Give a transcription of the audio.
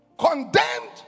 Condemned